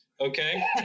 okay